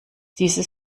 dieses